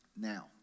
Now